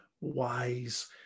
wise